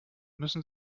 müssen